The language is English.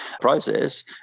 process